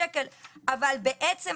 שוק העבודה,